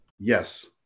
Yes